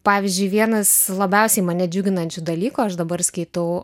pavyzdžiui vienas labiausiai mane džiuginančių dalykų aš dabar skaitau